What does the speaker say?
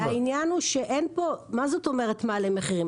מה זאת אומרת מעלה מחירים?